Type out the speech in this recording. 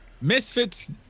Misfits